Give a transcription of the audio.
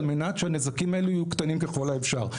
על מנת שהנזקים האלה יהיו קטנים ככל האפשר.